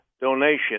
donation